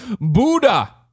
Buddha